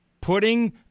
putting